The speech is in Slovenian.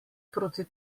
proti